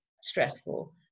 stressful